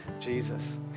Jesus